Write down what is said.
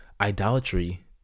idolatry